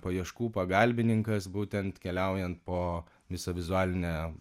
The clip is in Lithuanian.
paieškų pagalbininkas būtent keliaujant po visą vizualinę